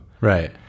Right